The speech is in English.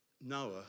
Noah